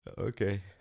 okay